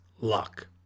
luck